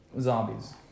zombies